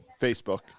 Facebook